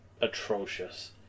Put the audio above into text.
atrocious